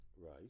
right